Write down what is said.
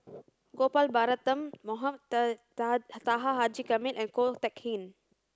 Gopal Baratham Mohamed Taha Haji Jamil and Ko Teck Kin